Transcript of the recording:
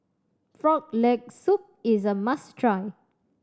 Frog Leg Soup is a must try